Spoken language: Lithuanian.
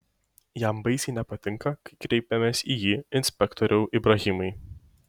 jam baisiai nepatinka kai kreipiamės į jį inspektoriau ibrahimai